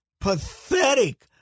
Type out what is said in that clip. pathetic